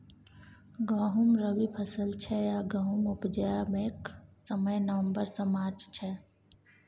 गहुँम रबी फसल छै आ गहुम उपजेबाक समय नबंबर सँ मार्च छै